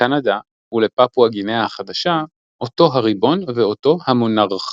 לקנדה ולפפואה גינאה החדשה אותו הריבון ואותו המונרך.